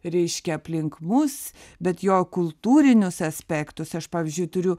reiškia aplink mus bet jo kultūrinius aspektus aš pavyzdžiui turiu